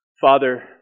Father